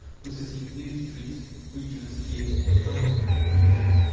possessing paved streets, bridges, quays, and fine public buildings,